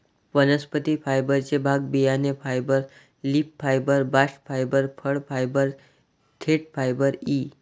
वनस्पती फायबरचे भाग बियाणे fibre, leaf fibre, bast fibre, फळ फायबर, देठ फायबर इ